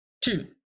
two